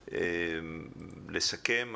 לסכם.